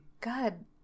God